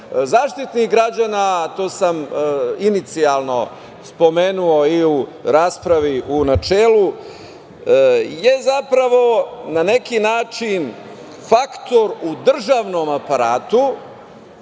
Zaštitnik građana, to sam inicijalno spomenuo i u raspravi u načelu, je zapravo na neki način faktor u državnom aparatu